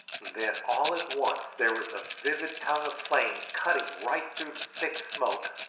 then all at once there was a vivid tongue of flame cutting right through the thick smoke,